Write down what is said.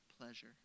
pleasure